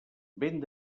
vent